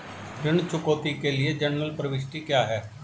ऋण चुकौती के लिए जनरल प्रविष्टि क्या है?